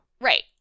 Right